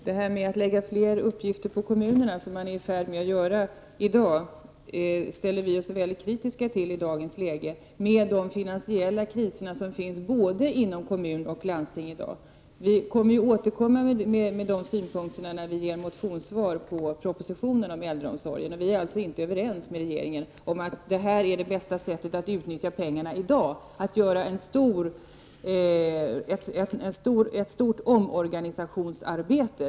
Herr talman! Att man som man gör i dag lägger fler uppgifter på kommunerna ställer vi oss väldigt kritiska till i dagens läge med finansiella kriser inom både kommuner och landsting. Vi återkommer med synpunkter på den frågan i våra motioner med anledning av propositionen om äldreomsorgen. Vi är inte överens med regeringen om att det bästa sättet att i dag utnyttja pengarna på är att genomföra en stor omorganisation.